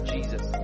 Jesus